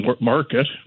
market